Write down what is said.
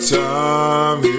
time